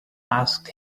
asked